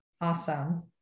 Awesome